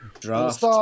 Draft